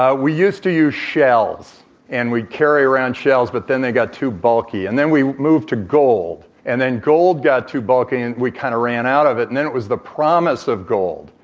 ah we used to use shells and we'd carry around shells, but then they got too bulky and then we moved to gold and then gold got too bulky and we kind of ran out of it and then it was the promise of gold